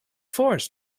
forest